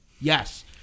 Yes